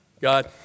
God